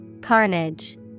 Carnage